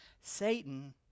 Satan